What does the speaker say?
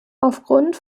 aufgrund